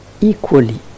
equally